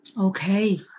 Okay